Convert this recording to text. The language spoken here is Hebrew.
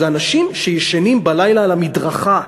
זה אנשים שישנים בלילה על המדרכה.